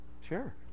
Sure